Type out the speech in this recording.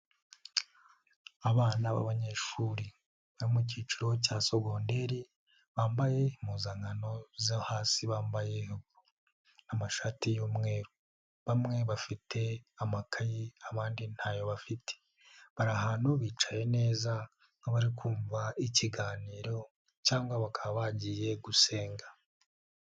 Abana b'abanyeshuri bo mu cyiciro cya sogondere, bambaye impuzankano zo hasi, bambaye amashati y'umweru, bamwe bafite amakayi, abandi ntayo bafite. Bari ahantu bicaye neza nk'abari kumvamva ikiganiro cyangwa bakaba bagiye gusenga.